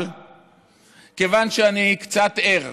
אבל כיוון שאני קצת ער